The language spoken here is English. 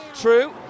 true